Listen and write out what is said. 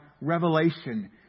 revelation